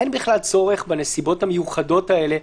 אין בכלל צורך בנסיבות המיוחדות האלה.